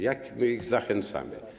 Jak my ich zachęcamy?